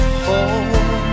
home